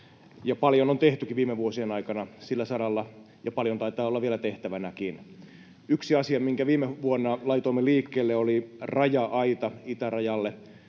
Paljon on tehtykin viime vuosien aikana sillä saralla, ja paljon taitaa olla vielä tehtävänäkin. Yksi asia, minkä viime vuonna laitoimme liikkeelle, oli raja-aita itärajalle